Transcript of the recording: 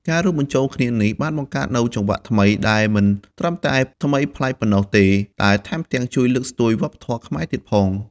ការរួមបញ្ចូលគ្នានេះបានបង្កើតនូវចង្វាក់ថ្មី ដែលមិនត្រឹមតែថ្មីប្លែកប៉ុណ្ណោះទេ ថែមទាំងជួយលើកស្ទួយវប្បធម៌ខ្មែរទៀតផង។